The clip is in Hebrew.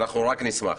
אנחנו רק נשמח.